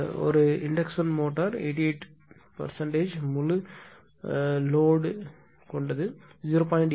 தூண்டல் மோட்டார் 88 சதவீதம் முழு சுமை திறன் கொண்டது 0